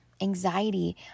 anxiety